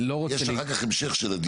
יש אחר כך המשך של הדיון.